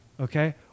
okay